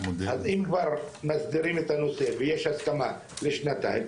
אז אם כבר מסדירים את הנושא ויש הסכמה לשנתיים,